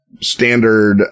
standard